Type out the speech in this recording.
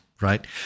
right